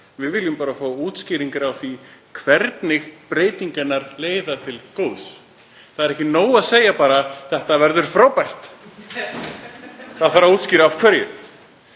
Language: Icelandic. Við viljum bara fá útskýringar á því hvernig breytingarnar leiða til góðs. Það er ekki nóg að segja bara: Þetta verður frábært. Það þarf að útskýra af hverju.